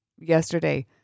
yesterday